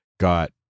got